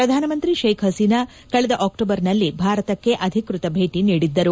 ಪ್ರಧಾನಮಂತ್ರಿ ಷೇಕ್ ಹಸೀನಾ ಕಳೆದ ಅಕ್ಟೋಬರ್ ನಲ್ಲಿ ಭಾರತಕ್ಕೆ ಅಧಿಕೃತ ಭೇಟಿ ನೀಡಿದ್ದರು